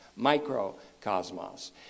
microcosmos